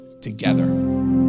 together